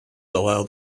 allow